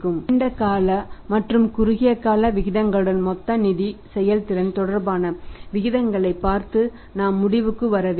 நீண்ட கால மற்றும் குறுகிய கால விகிதங்களுடன் மொத்த நிதி செயல்திறன் தொடர்பான விகிதங்களைப் பார்த்து நாம் முடிவுக்கு வர வேண்டும்